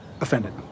offended